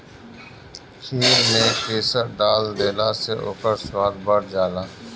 खीर में केसर डाल देहला से ओकर स्वाद बढ़ जाला